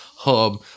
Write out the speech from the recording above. hub